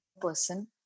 person